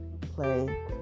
play